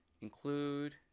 include